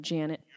Janet